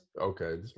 Okay